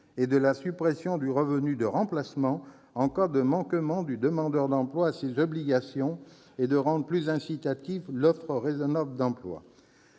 et de la suppression du revenu de remplacement en cas de manquement du demandeur d'emploi à ses obligations et rendre plus incitative l'offre raisonnable d'emploi.